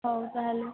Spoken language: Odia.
ହଉ ତା'ହେଲେ